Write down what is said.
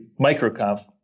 MicroConf